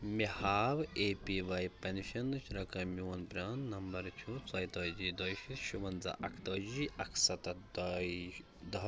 مےٚ ہاو A P Y پٮ۪نشَنٕچ رقم میون پران نمبر چھُ ژۄیتٲجی دۄیہِ شیٖتھ شُونٛزاہ اَکتٲجی اَکسَتَتھ دۄیہِ دُہہ